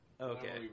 Okay